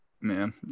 Man